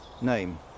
name